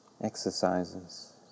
exercises